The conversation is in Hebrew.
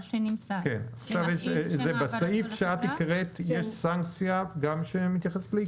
הסעיף שאת קראת יש סנקציה שמתייחסת לעיכוב?